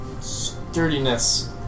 sturdiness